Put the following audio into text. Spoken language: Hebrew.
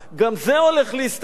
גם זה הולך להסתיים.